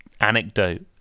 anecdote